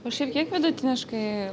o šiaip kiek vidutiniškai